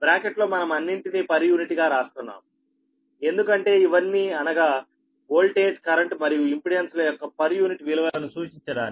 బ్రాకెట్లో మనం అన్నింటినీ పర్ యూనిట్ గా రాస్తున్నాము ఎందుకంటే ఇవన్నీ అనగా ఓల్టేజ్ కరెంట్ మరియు ఇంపెడెన్స్ ల యొక్క పర్ యూనిట్ విలువలను సూచించడానికి